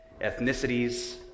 ethnicities